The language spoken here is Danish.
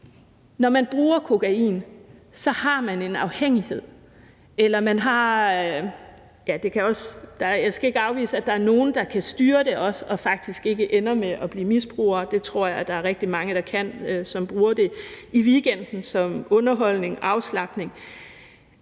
Når man bruger kokain, så har man en afhængighed. Jeg skal ikke afvise, at der er nogle, der også kan styre det og faktisk ikke ender med at blive misbrugere. Det tror jeg der er rigtig mange der kan. De bruger det i weekenden som underholdning, afslapning.